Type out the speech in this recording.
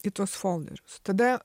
į tuos folderius tada